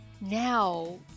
now